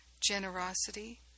generosity